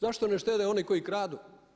Zašto ne štede oni koji kradu?